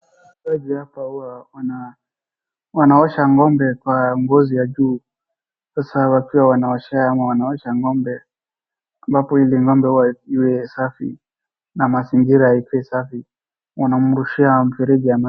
Wakaji hapa huwa wanaosha ng'ombe kwa ngozi ya juu sasa. Wakiwa wanaoshea ama wanaosha ng'ombe ambapo hili ngombe iwe safi na mazingira ikue safi wanamrushia mfereji.